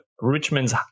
Richmond's